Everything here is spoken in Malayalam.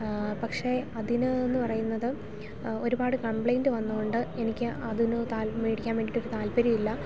പക്ഷേ അതിന് എന്ന് പറയുന്നത് ഒരുപാട് കംപ്ലൈൻറ്റ് വന്നതുകൊണ്ട് എനിക്ക് അതിന് വേടിക്കാൻ വേണ്ടിയിട്ട് ഒരു താല്പര്യമില്ല